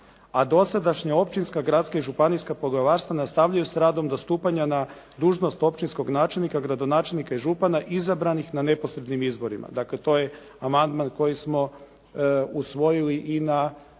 dosadašnja općinska, gradska i županijska poglavarstva nastavljaju sa radom do stupanja na dužnost općinskog načelnika, gradonačelnika i župana izabranih na neposrednim izborima.", dakle, to je amandman koji smo usvojili i na